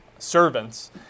servants